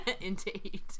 indeed